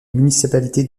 municipalité